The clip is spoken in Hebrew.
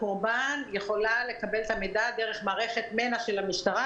הקורבן יכולה לקבל את המידע דרך מערכת מנ"ע של המשטרה.